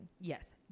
yes